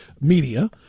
media